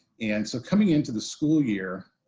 and so coming into the school year,